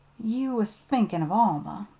you was thinkin' of alma.